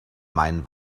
meinen